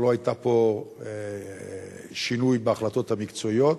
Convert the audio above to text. אבל לא היה פה שינוי בהחלטות המקצועיות.